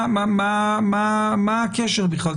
מה הקשר בכלל?